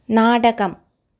നാടകം